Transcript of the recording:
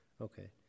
okay